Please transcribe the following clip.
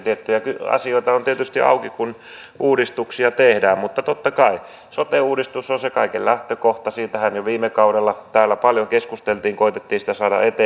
tiettyjä asioita on tietysti auki kun uudistuksia tehdään mutta totta kai sote uudistus on se kaiken lähtökohta siitähän jo viime kaudella täällä paljon keskusteltiin koetettiin sitä saada eteenpäin